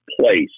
place